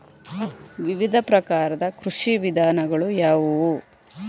ವಿವಿಧ ಪ್ರಕಾರದ ಕೃಷಿ ವಿಧಾನಗಳು ಯಾವುವು?